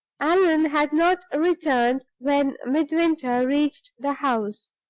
allan had not returned when midwinter reached the house.